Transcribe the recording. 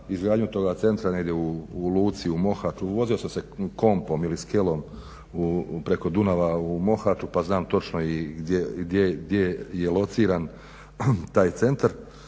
izgradnju toga centra negdje u luci u Mohaču. Vozio sam se kompom ili skelom preko Dunava u Mohaču pa znam točno i gdje je lociran taj centar.